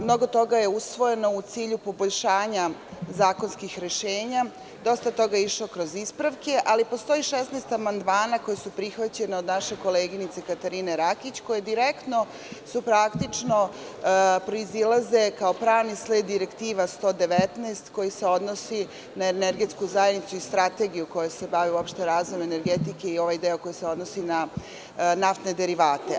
Mnogo toga je usvojeno u cilju poboljšanja zakonskih rešenja, dosta toga je išlo kroz ispravke, ali postoji 16 amandmana koji su prihvaćeni od naše koleginice Katarine Rakić, koja direktno proizilaze kao pravni sled direktiva 119 koje se odnose na Energetsku zajednicu i Strategiju koja se bavi razvojem energetike i ovaj deo koji se odnosi na naftne derivate.